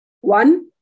One